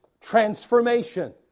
transformation